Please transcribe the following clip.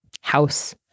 house